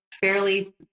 fairly